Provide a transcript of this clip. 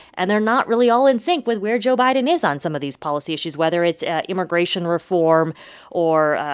and they're not really all in sync with where joe biden is on some of these policy issues, whether it's immigration reform or,